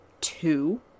two